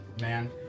man